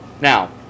now